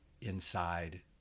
inside